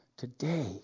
Today